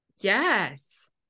Yes